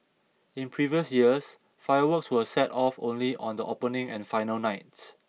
in previous years fireworks were set off only on the opening and final nights